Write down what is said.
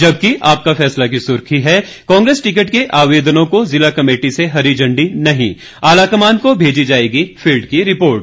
जबकि आपका फैसला की सुर्खी है कांग्रेस टिकट के आवेदनों को जिला कमेटी से हरी झंडी नहीं आलाकमान को भेजी जाएगी फील्ड की रिपोर्ट